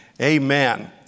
Amen